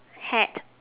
hat